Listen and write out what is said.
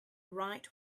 write